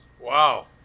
Wow